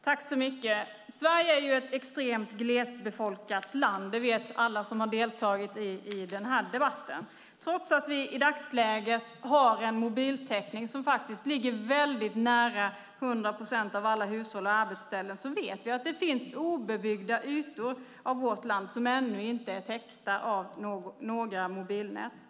Herr talman! Sverige är ett extremt glesbefolkat land. Det vet alla som har deltagit i denna debatt. Trots att vi i dagsläget har en mobiltäckning som faktiskt ligger nära 100 procent av alla hushåll och arbetsställen vet vi att det finns obebyggda ytor av vårt land som ännu inte är täckta av några mobilnät.